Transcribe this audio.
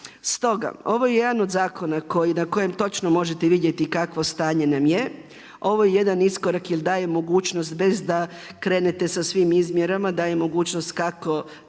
Stoga, ovo je jedan od zakona na kojem točno možete vidjeti kakvo stanje nam je, ovo je jedan iskorak jer daje mogućnost bez da krenete sa svim izmjerama, daje mogućnost kako